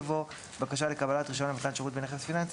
יבוא "בקשה לקבלת רישיון למתן שירות בנכס פיננסי